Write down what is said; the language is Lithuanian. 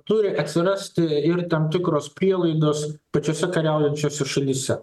turi atsirasti ir tam tikros prielaidos pačiose kariaujančiose šalyse